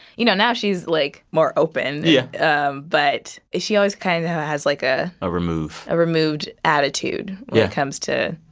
you know, now she's, like, more open yeah um but she always kind of has, like, a. a remove. a removed attitude when it comes to.